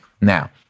Now